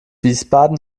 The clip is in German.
wiesbaden